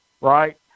right